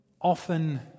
often